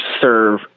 serve